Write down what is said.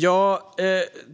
Jag